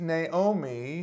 Naomi